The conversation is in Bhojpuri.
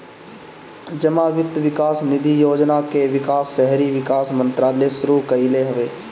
जमा वित्त विकास निधि योजना कअ विकास शहरी विकास मंत्रालय शुरू कईले हवे